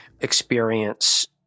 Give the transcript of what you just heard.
experience